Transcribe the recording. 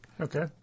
Okay